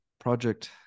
project